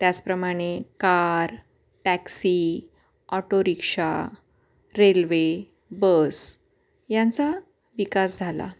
त्याचप्रमाणे car taxi auto रिक्षा railway bus यांचा विकास झाला